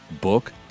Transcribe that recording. book